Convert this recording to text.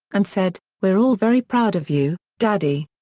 and said, we're all very proud of you, daddy.